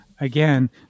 Again